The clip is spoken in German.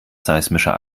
seismischer